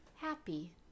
happy